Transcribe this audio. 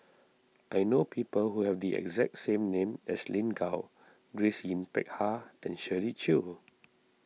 I know people who have the exact same name as Lin Gao Grace Yin Peck Ha and Shirley Chew